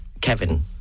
Kevin